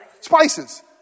Spices